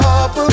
up